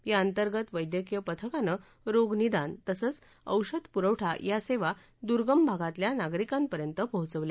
याअंतर्गत वैद्यकिय पथकानं रोगनिदान तसंच औषध प्रवठा या सेवा दुर्गम भागातल्या नागरिकांपर्यत पोचवल्या